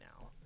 now